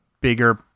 bigger